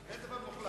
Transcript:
אין דבר מוחלט.